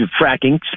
fracking